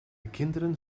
kinderen